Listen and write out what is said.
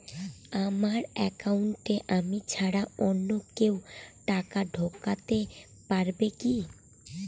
আমার একাউন্টে আমি ছাড়া অন্য কেউ টাকা ঢোকাতে পারবে কি?